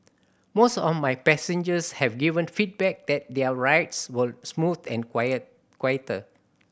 most of my passengers have given feedback that their rides were smooth and quiet quieter